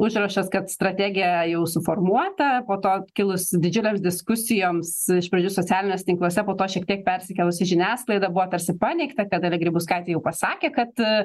užrašas kad strategija jau suformuota po to kilus didžiulėms diskusijoms iš pradžių socialiniuose tinkluose po to šiek tiek persikėlus į žiniasklaidą buvo tarsi paneigta kad dalia grybauskaitė jau pasakė kad